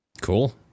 cool